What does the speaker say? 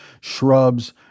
shrubs